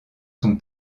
son